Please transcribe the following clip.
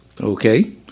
Okay